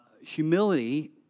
Humility